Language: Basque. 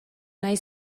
nahi